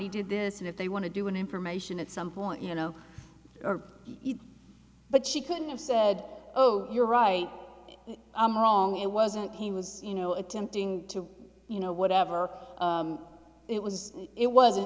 he did this if they want to do an information at some point you know or but she couldn't have said oh you're right i'm wrong it wasn't he was you know attempting to you know whatever it was it wasn't